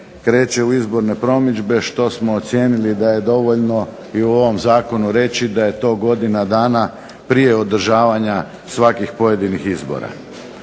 kreće u izborne promidžbe što smo ocijenili da je dovoljno i u ovom zakonu reći da je to godina dana prije održavanja svakih pojedinih izbora.